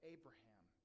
Abraham